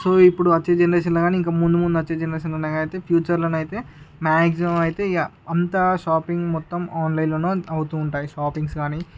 so ఇప్పుడు వచ్చే జనరేషన్లో కాని ఇంకా ముందు ముందు వచ్చే జనరేషన్లో అయితే ఫ్యూచర్లో అయితే మాక్సిమం అయితే ఇగ అంతా షాపింగ్ మొత్తం ఆన్లైన్లోనే అవుతూ ఉంటాయి షాపింగ్స్ కాని